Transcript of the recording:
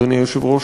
אדוני היושב-ראש,